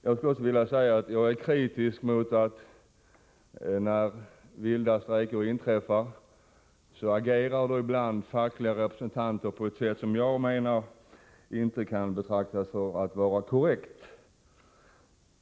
Jag är också kritisk emot att fackliga representanter när vilda strejker inträffar ibland agerar på ett sätt som jag menar inte kan betraktas som korrekt.